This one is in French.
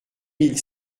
mille